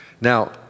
Now